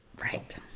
Right